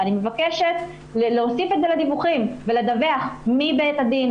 אני מבקשת להוסיף את זה לדיווחים ולדווח מי בית הדין,